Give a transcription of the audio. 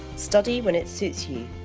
study when it suits you.